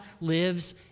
lives